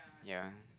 ya